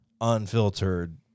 unfiltered